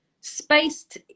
spaced